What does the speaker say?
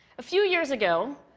a few years ago,